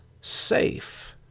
safe